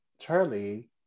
Charlie